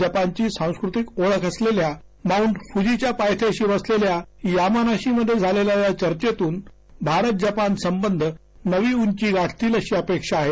जपानची सांस्कृतिक ओळख असलेल्या माऊंट फूजीच्या पायथ्याशी असलेल्या यामानशीमधे झालेल्या या चर्चेतून भारत जपान संबंध नवी उची गाठतील अशी अपेक्षा आहे